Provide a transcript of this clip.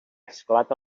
esclata